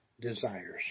desires